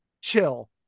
Chill